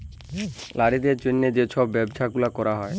লারিদের জ্যনহে যে ছব ব্যবছা গুলা ক্যরা হ্যয়